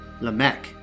Lamech